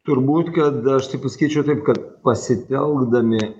turbūt kad aš taip pasakyčiau taip kad pasitelkdami